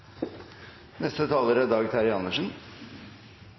Neste taler er